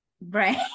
Right